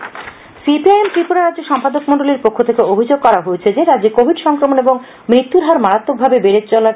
CPIM CPIM Tripura রাজ্য সম্পাদকমন্ডলীর পক্ষ থেকে অভিযোগ করা হয়েছে রাজ্যে কোভিড সংক্রমণ এবং মৃত্যুর হার মারাত্মকভাবে বেড়ে চলেছে